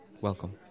welcome